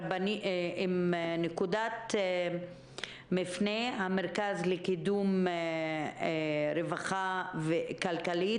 מרן מלמד מנקודת מפנה - המרכז לקידום רווחה כלכלית.